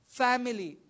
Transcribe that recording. family